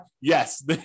Yes